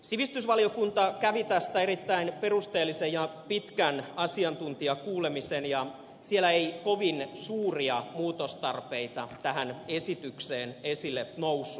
sivistysvaliokunta kävi tästä erittäin perusteellisen ja pitkän asiantuntijakuulemisen ja siellä ei kovin suuria muutostarpeita tähän esitykseen esille noussut